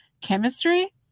chemistry